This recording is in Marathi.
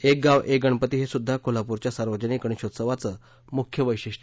एक गाव एक गणपती हे सुध्दा कोल्हापूरच्या सार्वजनिक गणेशोत्सवाचे मुख्य वैशिष्ट्य